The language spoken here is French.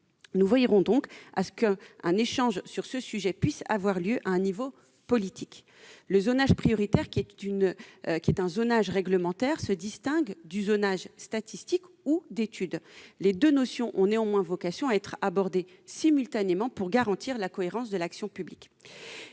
Nous veillerons donc à ce qu'un échange sur ce sujet puisse avoir lieu à un niveau politique. Le zonage prioritaire, qui est un zonage réglementaire, se distingue du zonage statistique ou d'étude. Les deux notions ont néanmoins vocation à être abordées simultanément, pour garantir la cohérence de l'action publique.